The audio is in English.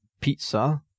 Pizza